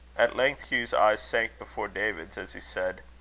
at length hugh's eye sank before david's, as he said